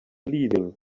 leaving